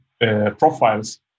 profiles